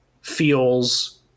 feels